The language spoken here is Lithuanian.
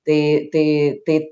tai tai tai